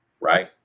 right